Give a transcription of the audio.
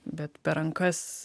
bet per rankas